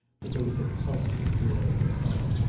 but there was a pulse of joy at her heart.